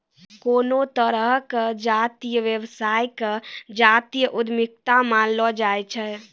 कोनो तरहो के जातीय व्यवसाय के जातीय उद्यमिता मानलो जाय छै